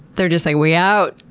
they're just like, we out!